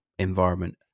environment